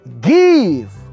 Give